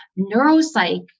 Neuropsych